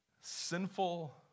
sinful